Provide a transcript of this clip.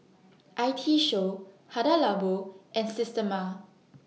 I T Show Hada Labo and Systema